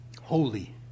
holy